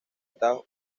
estados